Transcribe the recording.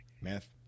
math